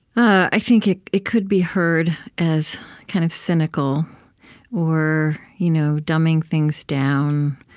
i think it it could be heard as kind of cynical or you know dumbing things down,